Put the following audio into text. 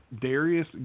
Darius